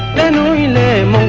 friendly name